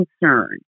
concern